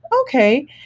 okay